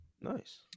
Nice